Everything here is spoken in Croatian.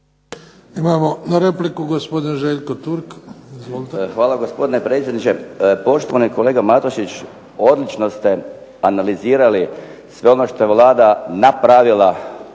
Izvolite. **Turk, Željko (HDZ)** Hvala, gospodine predsjedniče. Poštovani kolega Matušić, odlično ste analizirali sve ono što je Vlada napravila